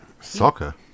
Soccer